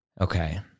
Okay